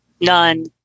none